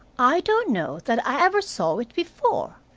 i don't know that i ever saw it before.